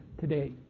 today